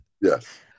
yes